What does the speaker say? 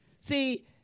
See